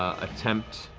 attempt